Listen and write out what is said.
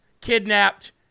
kidnapped